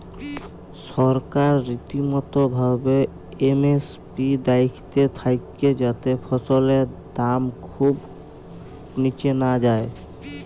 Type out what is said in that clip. সরকার রীতিমতো ভাবে এম.এস.পি দ্যাখতে থাক্যে যাতে ফসলের দাম খুব নিচে না যায়